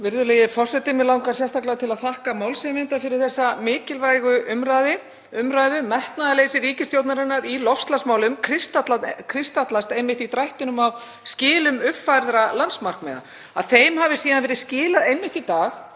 Virðulegi forseti. Mig langar sérstaklega til að þakka málshefjanda fyrir þessa mikilvægu umræðu. Metnaðarleysi ríkisstjórnarinnar í loftslagsmálum kristallast einmitt í drættinum á skilum uppfærðra landsmarkmiða. Að þeim hafi síðan verið skilað einmitt í dag,